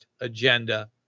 agenda